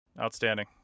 Outstanding